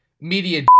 media